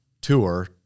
tour